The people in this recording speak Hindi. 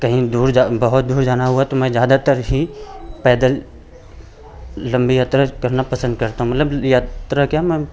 कहीं दूर बहुत दूर जाना हुआ तो मैं ज़्यादातर ही पैदल लम्बी यात्रा करना पसंद करता हूँ मतलब यात्रा क्या मैं